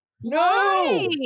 No